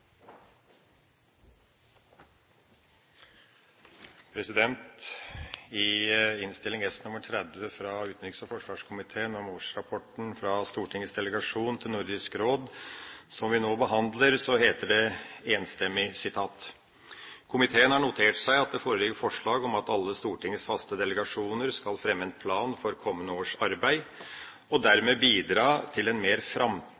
forsvarskomiteen om årsrapporten fra Stortingets delegasjon til Nordisk Råd som vi behandler nå, heter det enstemmig: «Komiteen har notert seg at det foreligger forslag om at alle Stortingets faste delegasjoner skal fremme en plan for kommende års arbeid og dermed bidra til en mer